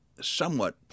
somewhat